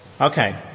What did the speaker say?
Okay